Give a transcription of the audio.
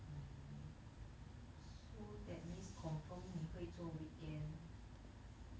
orh so that means confirm 你会做 weekend